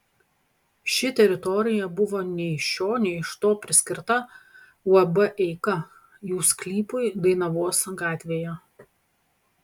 ši teritorija buvo nei iš šio nei iš to priskirta uab eika jų sklypui dainavos gatvėje